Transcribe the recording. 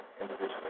individually